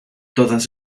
todas